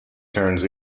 turns